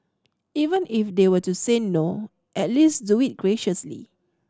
even if they were to say no at least do it graciously